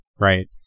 right